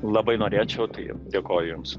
labai norėčiau tai dėkoju jums